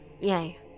Yay